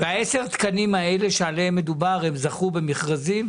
עשרת התקנים האלה עליהם מדובר, הם זכו במכרזים?